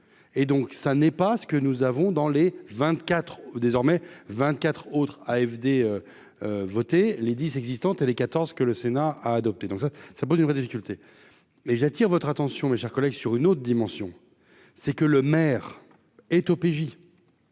et donc ça n'est pas ce que nous avons dans les 24 désormais 24 autres AFD voter les dix existantes et les 14 que le Sénat a adopté, donc ça ça pose une vraie difficulté et j'attire votre attention, mes chers collègues, sur une autre dimension, c'est que le maire est OPJ